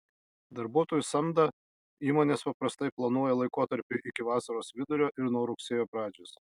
darbuotojų samdą įmonės paprastai planuoja laikotarpiui iki vasaros vidurio ir nuo rugsėjo pradžios